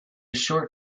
short